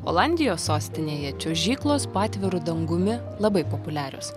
olandijos sostinėje čiuožyklos po atviru dangumi labai populiarios